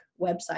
website